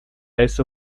eso